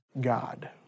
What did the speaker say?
God